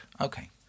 Okay